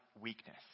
weakness